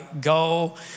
go